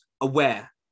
aware